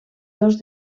dos